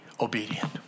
obedient